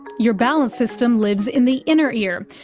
your balance system lives in the inner ear,